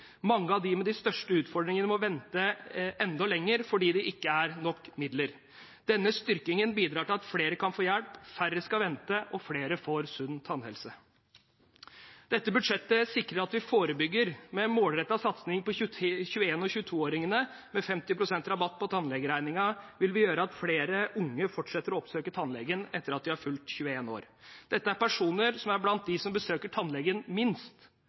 Mange av dem med de største utfordringene må vente enda lenger fordi det ikke er nok midler. Denne styrkingen bidrar til at flere kan få hjelp, færre skal vente, og flere får sunn tannhelse. Dette budsjettet sikrer at vi forebygger, med en målrettet satsing på 21- og 22-åringene. Med 50 pst. rabatt på tannlegeregningen vil det gjøre at flere unge fortsetter å oppsøke tannlege etter at de har fylt 21 år. Dette er personer som er blant dem som besøker tannlegen minst,